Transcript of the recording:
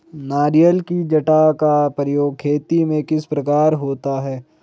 नारियल की जटा का प्रयोग खेती में किस प्रकार होता है?